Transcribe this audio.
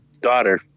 daughter